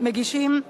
מגישים